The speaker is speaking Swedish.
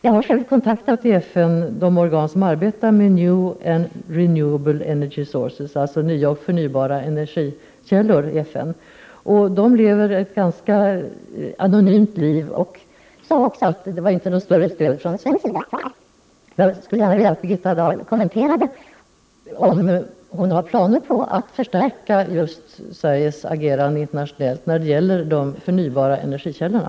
Jag har självi FN kontaktat de organ som arbetar med ”new and renewable energy sources”, dvs. nya och förnybara energikällor. De lever ett ganska anonymt liv, och man sade också att det inte fanns något större stöd från svensk sida för detta. Jag skulle gärna vilja få en kommentar från Birgitta Dahl om hon har planer på att förstärka Sveriges agerande internationellt just när det gäller de förnybara energikällorna.